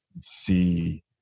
see